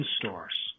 stores